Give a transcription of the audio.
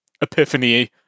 epiphany